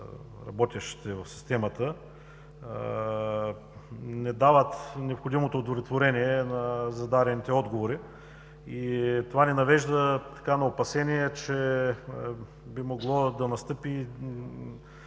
работещите в системата, не дава необходимото удовлетворение на зададените отговори. Това ни навежда на опасения, че би могло да настъпи